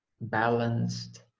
balanced